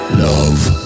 love